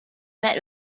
met